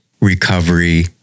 recovery